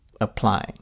applying